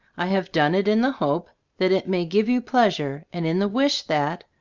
i have done it in the hope that it may give you pleasure, and in the wish that,